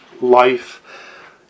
life